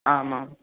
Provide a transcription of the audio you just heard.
आमाम्